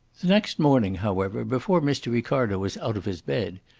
the next morning, however, before mr. ricardo was out of his bed,